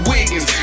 Wiggins